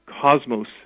cosmos